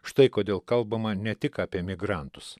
štai kodėl kalbama ne tik apie migrantus